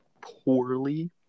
poorly